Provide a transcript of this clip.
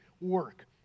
work